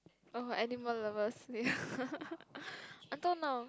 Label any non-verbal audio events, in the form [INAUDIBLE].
oh animal lovers [LAUGHS] I don't know